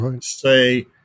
say